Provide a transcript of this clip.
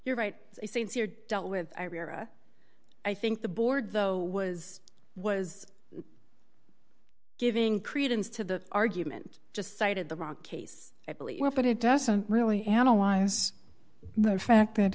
you're right since you're dealt with i think the board though was was giving credence to the argument just cited the rock case i believe but it doesn't really analyze the fact that